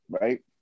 right